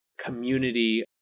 community